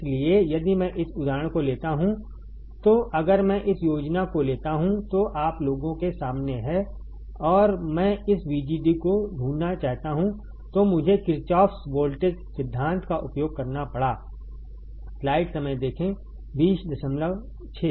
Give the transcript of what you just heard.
इसलिए यदि मैं इस उदाहरण को लेता हूं तो अगर मैं इस योजना को लेता हूं जो आप लोगों के सामने है और मैं इस VGD को ढूंढना चाहता हूं तो मुझे किरचॉफ्स वोल्टेज सिद्धांत Kirchoffs Voltage Law का उपयोग करना पड़ा